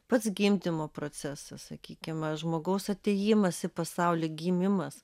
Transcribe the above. pats gimdymo procesas sakykime žmogaus atėjimas į pasaulį gimimas